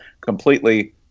completely